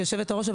היושבת-ראש,